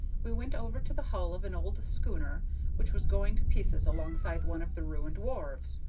we went over to the hull of an old schooner which was going to pieces alongside one of the ruined wharves.